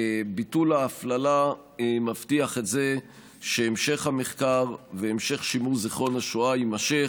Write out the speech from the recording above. ביטול ההפללה מבטיח את זה שהמשך המחקר והמשך שימור זיכרון השואה יימשכו.